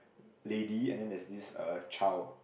lady and then there's this uh child